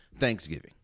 Thanksgiving